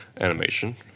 Animation